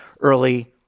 early